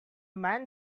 man